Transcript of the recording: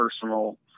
personal